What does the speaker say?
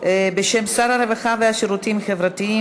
בשם שר הרווחה והשירותים החברתיים,